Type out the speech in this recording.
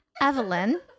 evelyn